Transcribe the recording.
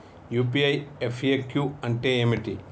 UPI FAQ అంటే ఏమిటి?